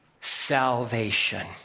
salvation